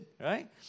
right